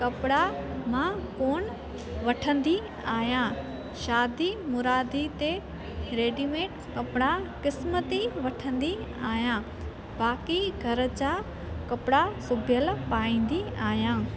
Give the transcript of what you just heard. कपिड़ा मां कोन वठंदी आहियां शादी मुरादी ते रेडीमेड कपिड़ा क़िस्मती वठंदी आहियां बाक़ी घर जा कपिड़ा सुबियलु पाईंदी आहियां